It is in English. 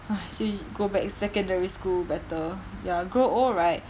!hais! go back secondary school better ya grow old right